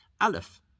Aleph